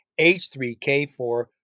H3K4